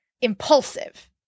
impulsive